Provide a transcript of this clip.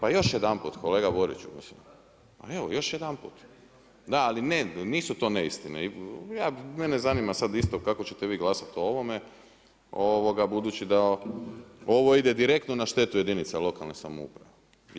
Ali još jedanput kolega Boriću mislim, evo još jedanput, da ali nisu to neistine, mene zanima sada isto kako ćete vi glasati o ovome budući da ovo ide direktno na štetu jedinica lokalne samouprave.